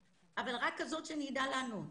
בבקשה, אבל רק כזאת שאני אדע לענות.